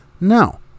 No